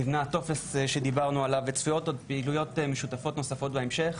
נבנה הטופס שדיברנו עליו וצפויות עוד פעילויות משותפות נוספות בהמשך.